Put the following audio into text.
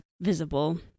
visible